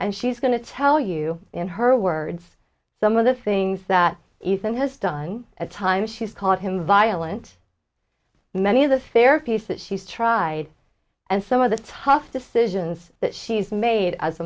and she's going to tell you in her words some of the things that ethan has done at times she's called him violent many of the fair piece that she's tried and some of the tough decisions that she's made as a